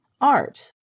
art